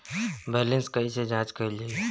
Balance कइसे जांच कइल जाइ?